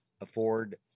afford